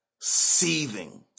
seething